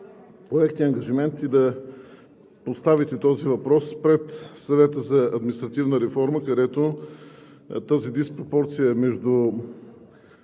поехте ангажимент и да поставите този въпрос пред Съвета за административна реформа, където тази диспропорция между